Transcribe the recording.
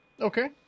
Okay